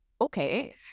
okay